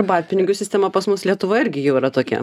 arbatpinigių sistema pas mus lietuvoje irgi jau yra tokia